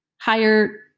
higher